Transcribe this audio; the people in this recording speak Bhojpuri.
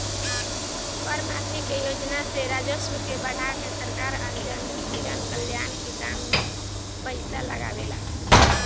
कर माफी के योजना से राजस्व के बढ़ा के सरकार जनकल्याण के काम में पईसा लागावेला